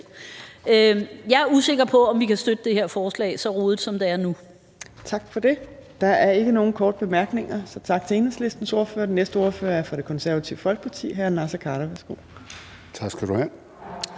Jeg er usikker på, om vi kan støtte det her forslag, så rodet, som det er nu. Kl. 13:51 Fjerde næstformand (Trine Torp): Der er ikke nogen korte bemærkninger, så tak til Enhedslistens ordfører. Den næste ordfører er fra Det Konservative Folkeparti, hr. Naser Khader. Værsgo. Kl.